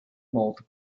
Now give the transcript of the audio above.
mould